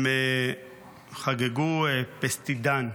הם חגגו פסטידן,